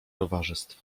towarzystw